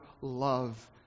love